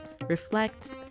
reflect